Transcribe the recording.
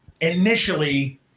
initially